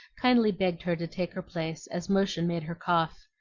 kindly begged her to take her place, as motion made her cough,